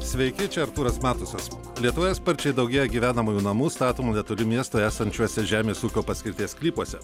sveiki čia artūras matusas lietuvoje sparčiai daugėja gyvenamųjų namų statomų netoli miesto esančiuose žemės ūkio paskirties sklypuose